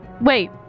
Wait